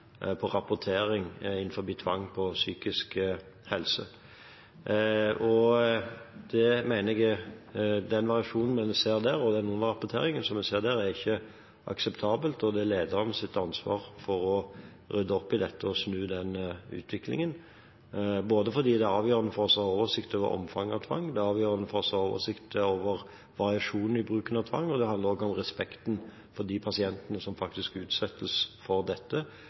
rapportering om tvang innenfor psykisk helse. Jeg mener at den variasjonen og den underrapporteringen som vi ser der, ikke er akseptabel, og det er lederens ansvar å rydde opp i dette og snu den utviklingen, både fordi det er avgjørende for oss å ha oversikt over omfanget av tvang, og det er avgjørende for oss å ha oversikt over variasjonen i bruken av tvang. Det handler også om respekten for de pasientene som faktisk utsettes for dette,